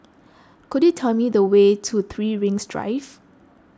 could you tell me the way to three Rings Drive